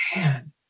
man